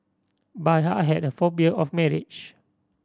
but I had a phobia of marriage